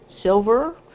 silver